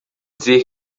dizer